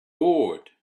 bored